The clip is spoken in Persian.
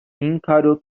اینکارو